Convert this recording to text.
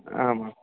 आमाम्